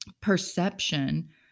perception